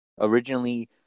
originally